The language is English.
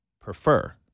prefer